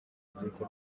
rubyiruko